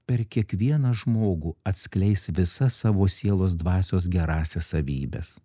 per kiekvieną žmogų atskleis visas savo sielos dvasios gerąsias savybes